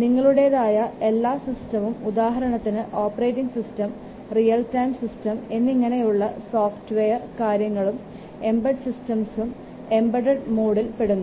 നിങ്ങളുടേതായ എല്ലാ സിസ്റ്റംസും ഉദാഹരണത്തിന് operating system real time system എന്നിങ്ങനെയുള്ള സോഫ്റ്റ്വെയർ കാര്യങ്ങളും എംബഡഡ് സിസ്റ്റംസും എംബഡഡ് മോഡിൽ പെടുന്നു